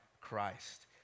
Christ